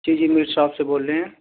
جی جی meat shop سے بول رہے ہیں